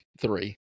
three